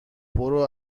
برو